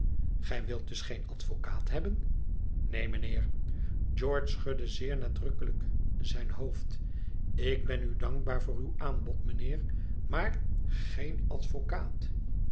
gij wilt dus geen advocaat hebben neen mijnheer george schudde zeer nadrukkelijk zijn hoofd ik ben u dankbaar voor uw aanbod mijnheer maar geen advocaat